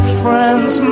friends